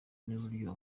n’uburyo